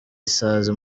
isazi